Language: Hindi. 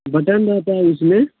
बटन रहता है उसमें